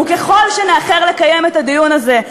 וככל שנאחר לקיים את הדיון הזה,